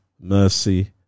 mercy